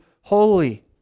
holy